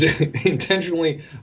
intentionally